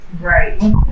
Right